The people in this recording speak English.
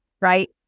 right